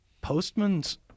Postman's